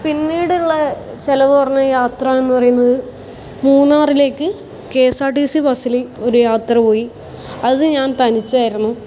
പിന്നീടുള്ള ചിലവ് കുറഞ്ഞ യാത്ര എന്ന് പറയുന്നത് മൂന്നാറിലേക്ക് K S R T C ബസ്സിൽ ഒരു യാത്ര പോയി അത് ഞാൻ തനിച്ചായിരുന്നു